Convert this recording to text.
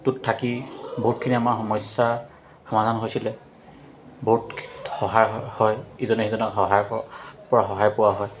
গোটটোত থাকি বহুতখিনি আমাৰ সমস্যাৰ সমাধান হৈছিলে বহুত সহায় হয় ইজনে সিজনক সহায় ক পৰা সহায় পোৱা হয়